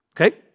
Okay